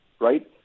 right